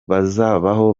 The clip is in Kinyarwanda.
bazabaho